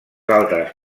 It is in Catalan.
altres